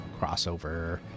crossover